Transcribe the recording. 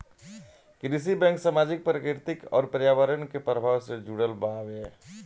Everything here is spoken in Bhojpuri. कृषि बैंक सामाजिक, प्राकृतिक अउर पर्यावरण के प्रभाव से जुड़ल बावे